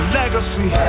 legacy